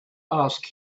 ask